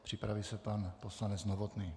Připraví se pan poslanec Novotný.